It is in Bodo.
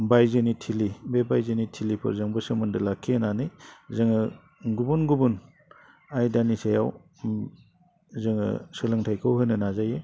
बायजोनि थिलि बे बायजोनि थिलिफोरजोंबो सोमोन्दो लाखिहोनानै जोङो गुबुन गुबुन आयदानि सायाव जों जोङो सोलोंथाइखौ होनो नाजायो